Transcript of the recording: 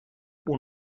اون